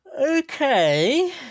Okay